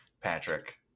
Patrick